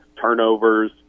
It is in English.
turnovers